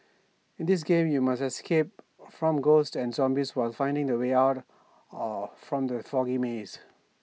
in this game you must escape from ghosts and zombies while finding the way out or from the foggy maze